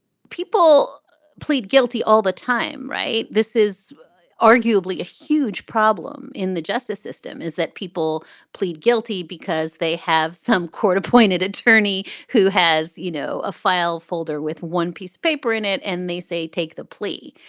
people plead guilty all the time. right? this is arguably a huge problem in the justice system, is that people plead guilty because they have some court appointed appointed attorney who has, you know, a file folder with one piece paper in it and they say take the plea.